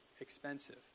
expensive